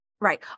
Right